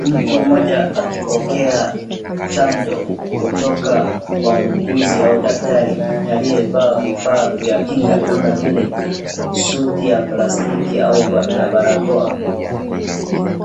Mtu mmoja akipokea chanjo kutoka kwa muuguzi au daktari aliyevaa vifaa vya kinga kama vile suti ya plastiki na barakoa.